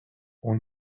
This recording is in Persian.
اون